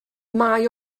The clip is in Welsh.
mae